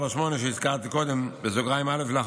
348(א1)